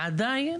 עדיין